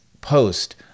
post